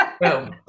boom